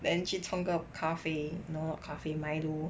then 去冲个咖啡 no 咖啡 Milo